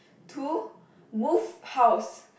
two move house